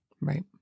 Right